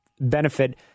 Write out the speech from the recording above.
benefit